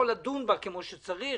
יכול לדון בה כמו שצריך,